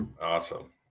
awesome